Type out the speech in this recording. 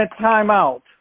timeout